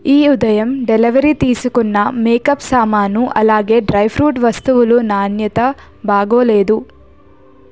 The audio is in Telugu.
ఈ ఉదయం డెలివరీ తీసుకున్న మేకప్ సామాను అలాగే డ్రై ఫ్రూట్ వస్తువులు నాణ్యత బాగోలేదు